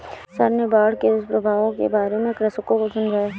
sir ने बाढ़ के दुष्प्रभावों के बारे में कृषकों को समझाया